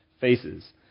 faces